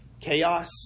Chaos